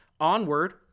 Onward